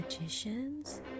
magicians